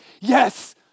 yes